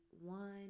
one